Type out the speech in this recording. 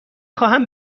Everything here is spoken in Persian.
خواهم